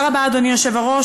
אדוני היושב-ראש,